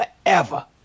forever